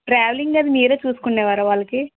travelling అది మీరే చూసుకునే వారా వాళ్ళకి